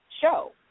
show